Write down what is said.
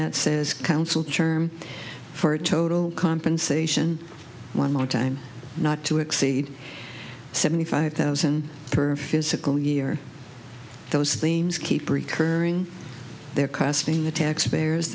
that says council term for total compensation one more time not to exceed seventy five thousand per physical year those themes keep recurring they're costing the taxpayers